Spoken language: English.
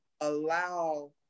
allow